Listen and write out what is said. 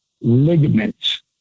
ligaments